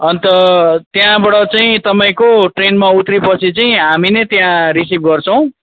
अन्त त्यहाँबाट चाहिँ तपाईँको ट्रेनमा उत्रेपछि चाहिँ हामी नै त्यहाँ रिसिभ गर्छौँ